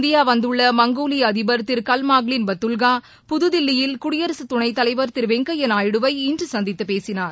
India வந்துள்ள மங்கோலிய அதிபர் திரு கல்ட்மாங்ளின் பட்டுல்கா புதுதில்லியில் குடியரசுத் துணை தலைவர் திரு வெங்கைய்யா நாயுடுவை இன்று சந்தித்து பேசினார்